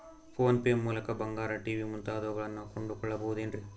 Phone pay ಮೂಲಕ ಬಂಗಾರ, TV ಮುಂತಾದವುಗಳನ್ನ ಕೊಂಡು ಕೊಳ್ಳಬಹುದೇನ್ರಿ?